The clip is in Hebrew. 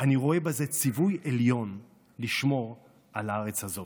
אני רואה בזה ציווי עליון לשמור על הארץ הזאת.